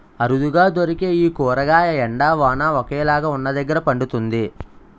అరుదుగా దొరికే ఈ కూరగాయ ఎండ, వాన ఒకేలాగా వున్నదగ్గర పండుతుంది